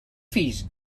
fills